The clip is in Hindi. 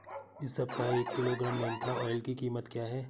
इस सप्ताह एक किलोग्राम मेन्था ऑइल की कीमत क्या है?